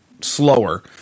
slower